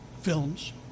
films